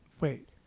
Wait